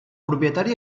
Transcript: propietari